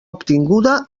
obtinguda